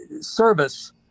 service